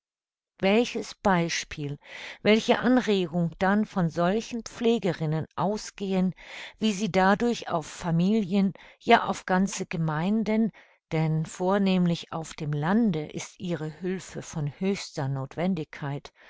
welches beispiel welche anregung dann von solchen pflegerinnen ausgehen wie sie dadurch auf familien ja auf ganze gemeinden denn vornehmlich auf dem lande ist ihre hülfe von höchster nothwendigkeit